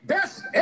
Best